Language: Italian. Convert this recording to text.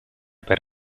per